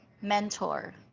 mentor